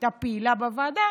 שהייתה פעילה בוועדה,